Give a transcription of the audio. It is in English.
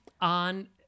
on